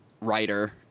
writer